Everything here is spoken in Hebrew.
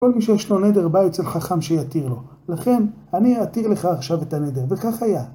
כל מי שיש לו נדר בא אצל חכם שיתיר לו, לכן אני אתיר לך עכשיו את הנדר, וכך היה.